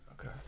okay